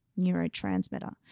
neurotransmitter